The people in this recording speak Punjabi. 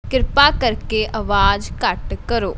ਕ੍ਰਿਪਾ ਕਰਕੇ ਆਵਾਜ਼ ਘੱਟ ਕਰੋ